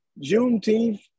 Juneteenth